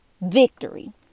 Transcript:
victory